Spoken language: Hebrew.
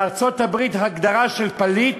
בארצות-הברית הגדרה של פליט,